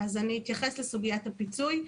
אני אתייחס לסוגיית הפיצוי.